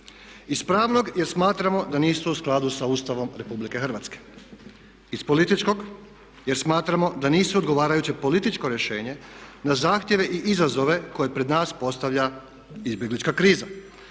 Iz pravnog jer smatramo da niste u skladu sa Ustavom Republike Hrvatske. Iz političkog jer smatramo da nisu odgovarajuće političko rješenje na zahtjeve i izazove koje pred nas postavlja izbjeglička kriza